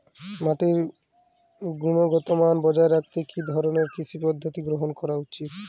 মাটির গুনগতমান বজায় রাখতে কি ধরনের কৃষি পদ্ধতি গ্রহন করা উচিৎ?